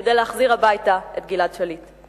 כדי להחזיר הביתה את גלעד שליט.